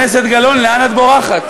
חברת הכנסת גלאון, לאן את בורחת?